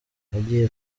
nagiye